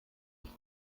ich